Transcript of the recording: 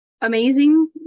amazing